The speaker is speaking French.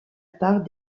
part